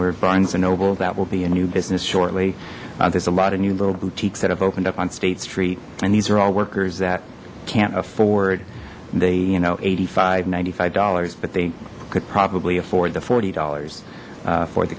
we're funds ennoble that will be a new business shortly there's a lot of new little boutiques that have opened up on state street and these are all workers that can't afford the you know eighty five ninety five dollars but they could probably afford the forty dollars for the